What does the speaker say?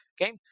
Okay